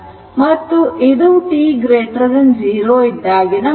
ಮತ್ತು ಇದು t0 ಇದ್ದಾಗಿನ ಮೌಲ್ಯ